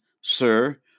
Sir